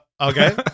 okay